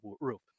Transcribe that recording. roof